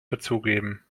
dazugeben